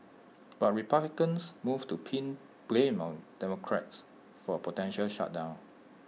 but republicans moved to pin blame on democrats for A potential shutdown